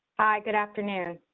good afternoon.